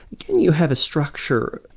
you have a structure.